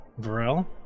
Varel